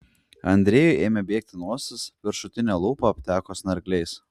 andrejui ėmė bėgti nosis viršutinė lūpa apteko snargliais